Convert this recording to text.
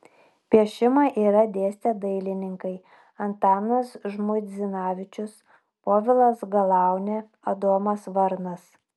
piešimą yra dėstę dailininkai antanas žmuidzinavičius povilas galaunė adomas varnas